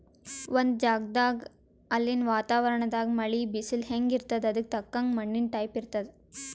ಒಂದ್ ಜಗದಾಗ್ ಅಲ್ಲಿನ್ ವಾತಾವರಣದಾಗ್ ಮಳಿ, ಬಿಸಲ್ ಹೆಂಗ್ ಇರ್ತದ್ ಅದಕ್ಕ್ ತಕ್ಕಂಗ ಮಣ್ಣಿನ್ ಟೈಪ್ ಇರ್ತದ್